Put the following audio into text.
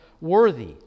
worthy